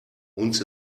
uns